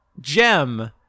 gem